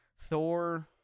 Thor